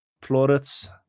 plaudits